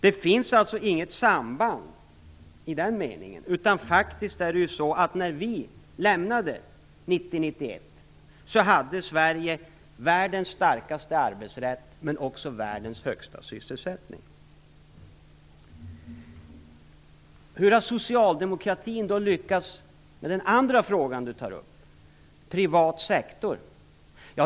Det finns alltså inget samband i den meningen. När vi lämnade 1991 hade Sverige världens starkaste arbetsrätt men också världens högsta sysselsättning. Hur har socialdemokraterna lyckats med den andra frågan du tar upp, nämligen privat sektor?